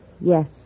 Yes